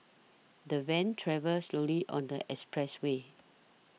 the van travelled slowly on the expressway